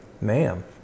ma'am